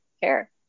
care